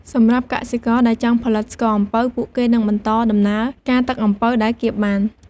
សម្រាប់កសិករដែលចង់ផលិតស្ករអំពៅ ពួកគេនឹងបន្តដំណើរការទឹកអំពៅដែលកៀបបាន។